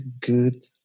good